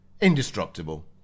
Indestructible